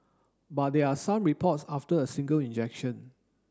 but there are some reports after a single injection